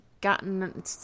gotten